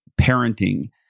Parenting